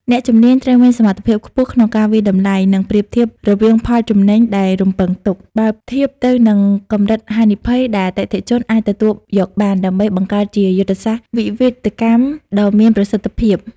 អ្នកជំនាញត្រូវមានសមត្ថភាពខ្ពស់ក្នុងការវាយតម្លៃ និងប្រៀបធៀបរវាងផលចំណេញដែលរំពឹងទុក បើធៀបទៅនឹងកម្រិតហានិភ័យដែលអតិថិជនអាចទទួលយកបាន ដើម្បីបង្កើតជាយុទ្ធសាស្ត្រវិវិធកម្មដ៏មានប្រសិទ្ធភាព។